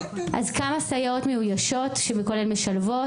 כמה סייעות מאוישות כולל משלבות?